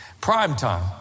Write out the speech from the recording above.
Primetime